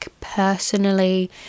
personally